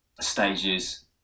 stages